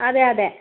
അതെ അതെ